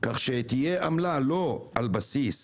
כך שתהיה עמלה לא על בסיס